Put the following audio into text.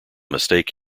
mistake